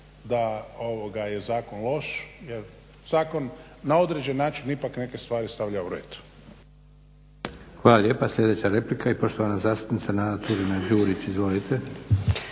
je zakon loš, jer zakon na određen način ipak neke stvari stavlja u red.